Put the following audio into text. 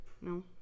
No